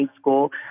school